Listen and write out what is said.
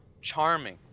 charming